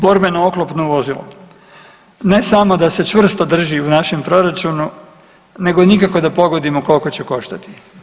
Borbeno oklopno vozilo ne da se samo čvrsto drži u našem proračunu nego nikako da pogodimo koliko će koštati.